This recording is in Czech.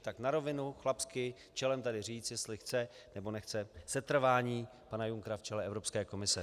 Tak na rovinu, chlapsky, čelem tady říct, jestli chce, nebo nechce setrvání pana Junckera v čele Evropské komise.